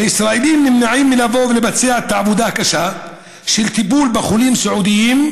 הישראלים נמנעים מלבוא ולבצע את העבודה הקשה של טיפול בחולים סיעודיים,